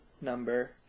number